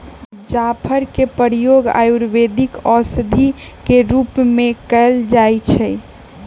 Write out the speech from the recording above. जाफर के प्रयोग आयुर्वेदिक औषधि के रूप में कएल जाइ छइ